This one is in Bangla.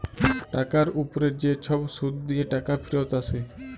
টাকার উপ্রে যে ছব সুদ দিঁয়ে টাকা ফিরত আসে